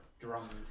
Drums